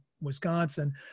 Wisconsin